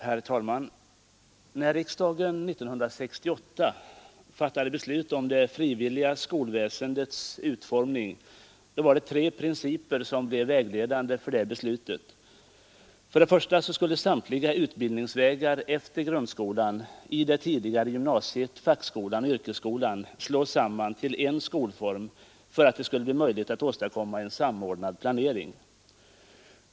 Herr talman! När riksdagen år 1968 fattade beslut om det frivilliga skolväsendets utformning var det tre principer som blev vägledande för beslutet. För det första skulle samtliga utbildningsvägar efter grundskolan i det tidigare gymnasiet, fackskolan och yrkesskolan slås samman till en skolform för att en samordnad planering skulle bli möjlig att åstadkomma.